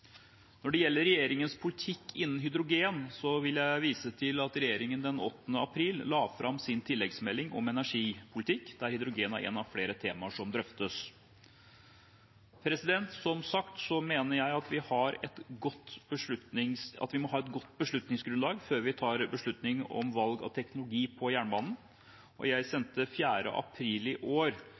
Når det gjelder regjeringens politikk innen hydrogen, vil jeg vise til at regjeringen den 8. april la fram sin tilleggsmelding om energipolitikk, der hydrogen er et av flere temaer som drøftes. Som sagt mener jeg at vi må ha et godt beslutningsgrunnlag før vi tar beslutninger om valg av teknologi på jernbanen, og jeg sendte 4. april i år